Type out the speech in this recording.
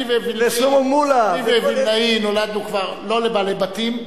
אני ווילנאי נולדנו כבר לא לבעלי-בתים,